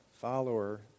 follower